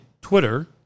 twitter